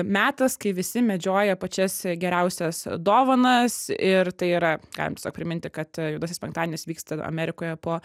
metas kai visi medžioja pačias geriausias dovanas ir tai yra galim sau priminti kad juodasis penktadienis vyksta amerikoje po